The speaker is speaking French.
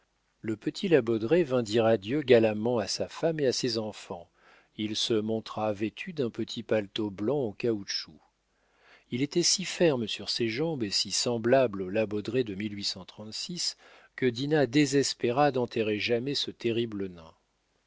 le petit la baudraye vint dire adieu galamment à sa femme et à ses enfants il se montra vêtu d'un petit paletot blanc en caoutchouc il était si ferme sur ses jambes et si semblable au la baudraye de que dinah désespéra d'enterrer jamais ce terrible nain